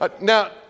Now